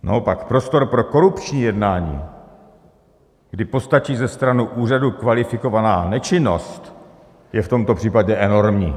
Naopak, prostor pro korupční jednání, kdy postačí ze strany úřadu kvalifikovaná nečinnost, je v tomto případě enormní.